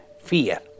fear